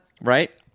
right